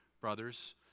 brothers